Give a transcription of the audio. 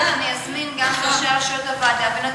אני אזמין גם את ראשי הרשויות לוועדה ונדון.